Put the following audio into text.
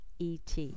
ET